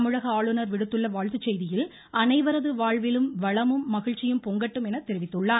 தமிழக ஆளுநர் விடுத்துள்ள வாழ்த்துக் செய்தியில் அனைவரது வாழ்விலும் வளமும் மகிழ்ச்சியும் பொங்கட்டும் என தெரிவித்துள்ளார்